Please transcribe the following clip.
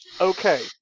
Okay